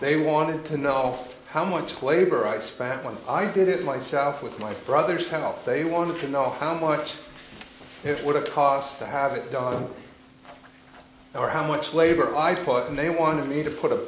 they wanted to know how much labor i spak once i did it myself with my brother's help they wanted to know how much it would have cost to have it done or how much labor i'd put and they wanted me to put a